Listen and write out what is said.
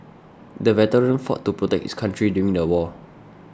the veteran fought to protect his country during the war